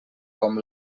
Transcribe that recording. com